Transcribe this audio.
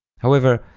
however,